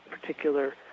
particular